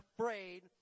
afraid